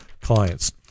clients